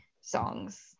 songs